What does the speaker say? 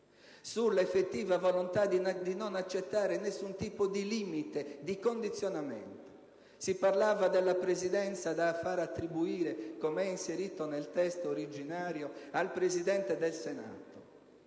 sull'effettiva volontà di non accettare nessun tipo di limite e di condizionamento. Si parlava della Presidenza da far attribuire, com'è inserito nel testo originario, al Presidente del Senato.